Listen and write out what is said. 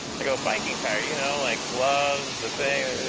i go, biking attire. you know, like gloves, the thing,